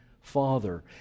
Father